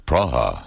Praha